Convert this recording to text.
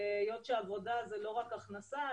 היות שעבודה זה לא רק הכנסה,